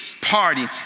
party